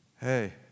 Hey